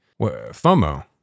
FOMO